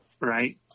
right